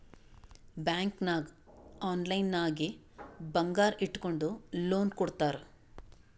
bank ನಾಗ್ online ನಾಗೆ ಬಂಗಾರ್ ಇಟ್ಗೊಂಡು ಲೋನ್ ಕೊಡ್ತಾರ್